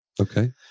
Okay